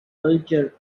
culture